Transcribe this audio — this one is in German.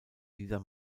dieser